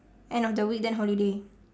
end of the week then holiday